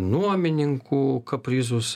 nuomininkų kaprizus